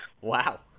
Wow